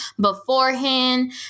beforehand